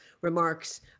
remarks